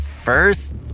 First